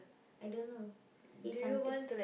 I don't know it's something